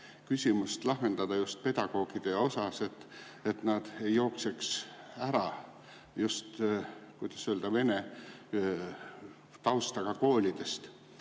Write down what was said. küsimust lahendada just pedagoogide osas, et nad ei jookseks ära just, kuidas öelda, vene taustaga koolidest.